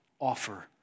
offer